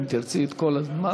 אם תרצי את כל הזמן.